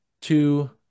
two